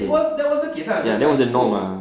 okay ya that was the norm ah